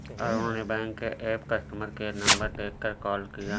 अरुण ने बैंक के app customer care number देखकर कॉल किया